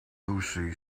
lucy